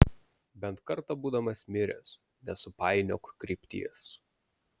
bent kartą būdamas miręs nesupainiok krypties